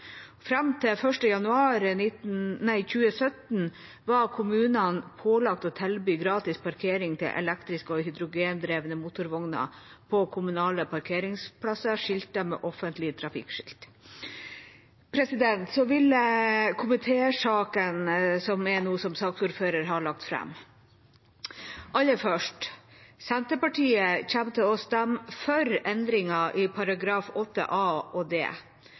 Fram til 1. januar 2017 var kommunene pålagt å tilby gratis parkering til elektriske og hydrogendrevne motorvogner på kommunale parkeringsplasser skiltet med offentlige trafikkskilt. Så vil jeg kommentere saken jeg nå som saksordfører har lagt fram. Aller først: Senterpartiet kommer til å stemme for endringer i § 8 a og d,